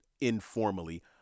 informally